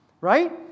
right